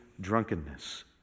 drunkenness